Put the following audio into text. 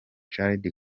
jared